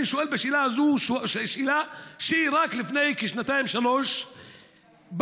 אני שואל את השאלה הזאת כי רק לפני שנתיים-שלוש באו